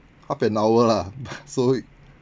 half an hour lah so